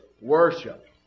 worship